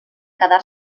quedar